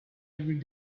every